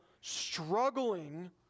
struggling